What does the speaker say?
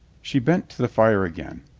she bent to the fire again.